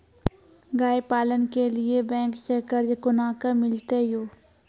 गाय पालन के लिए बैंक से कर्ज कोना के मिलते यो?